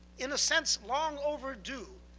in a sense, long overdue.